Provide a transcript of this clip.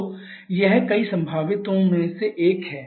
तो यह कई संभावितों में से एक है